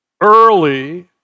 early